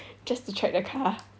just to track the car